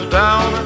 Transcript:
down